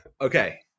Okay